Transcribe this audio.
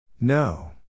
No